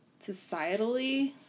societally